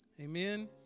Amen